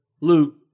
Luke